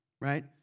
right